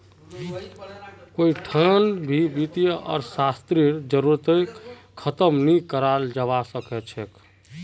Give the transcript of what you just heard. कोई ठान भी वित्तीय अर्थशास्त्ररेर जरूरतक ख़तम नी कराल जवा सक छे